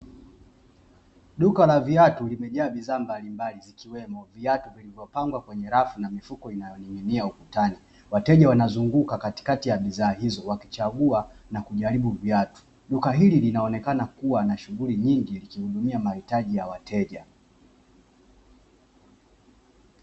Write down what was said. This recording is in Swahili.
Duka la viatu limejaa bidhaa mbalimbali zikiwemo viatu vilivyopangwa kwenye rafu na mifuko inayonin'ginia ukutani, wateja wanazunguka katikati ya bidhaa hizo wakichagua na kujaribu viatu. Duka hili linaonekana kuwa na shughuli nyingi likihudumia mahitaji ya wateja.